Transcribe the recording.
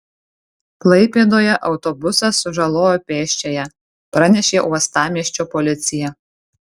klaipėdoje autobusas sužalojo pėsčiąją pranešė uostamiesčio policija